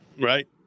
right